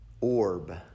orb